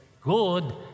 good